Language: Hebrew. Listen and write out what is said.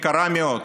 יקרה מאוד.